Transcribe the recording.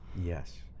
Yes